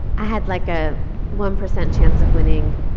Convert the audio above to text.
i had like a one percent chance of winning,